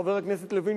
חבר הכנסת לוין,